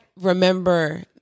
remember